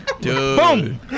Boom